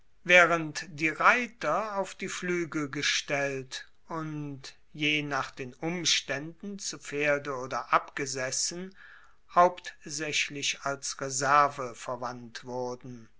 waehrend die reiter auf die fluegel gestellt und je nach den umstaenden zu pferde oder abgesessen hauptsaechlich als reserve verwandt wurden